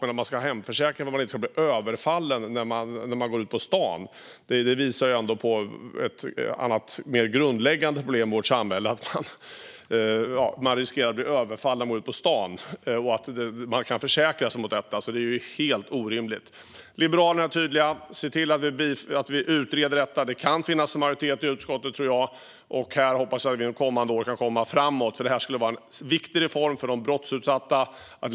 Men att man ska ha hemförsäkring för det fall att man blir överfallen när man går ut på stan visar på ett annat och mer grundläggande problem i vårt samhälle. Att man riskerar att bli överfallen när man går ut på stan och att man kan försäkra sig för detta är helt orimligt. Liberalerna är tydliga. Se till att vi utreder detta! Det kan finnas en majoritet i utskottet, tror jag. Här hoppas jag att vi kan komma framåt under kommande år. Detta skulle vara en viktig reform för de brottsutsatta.